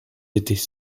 étaient